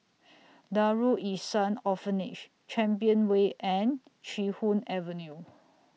Darul Ihsan Orphanage Champion Way and Chee Hoon Avenue